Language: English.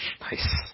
Nice